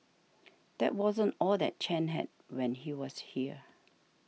that wasn't all that Chen had when he was here